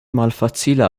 malfacila